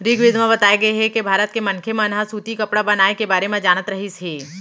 ऋगवेद म बताए गे हे के भारत के मनखे मन ह सूती कपड़ा बनाए के बारे म जानत रहिस हे